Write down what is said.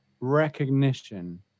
recognition